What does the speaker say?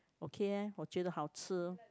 okay leh 我觉得好吃